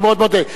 אני מאוד מודה.